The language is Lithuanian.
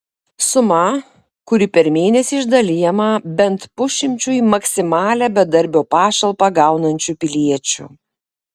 suma kuri per mėnesį išdalijama bent pusšimčiui maksimalią bedarbio pašalpą gaunančių piliečių